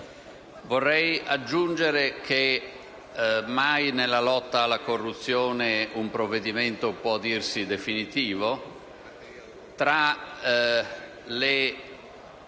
Vorrei aggiungere che mai, nella lotta alla corruzione, un provvedimento può dirsi definitivo. Tra le